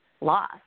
loss